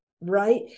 right